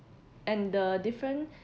and the different